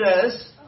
says